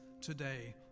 today